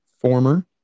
Former